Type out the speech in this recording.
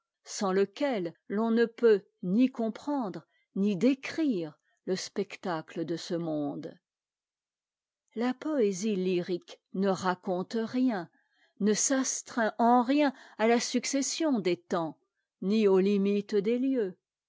sans lequel l'on ne peut ni comprendre ni décrire le spectacle de ce monde la poésie lyrique ne raconte rien ne s'astreint en rien à la succession des temps nr aux limites des lieux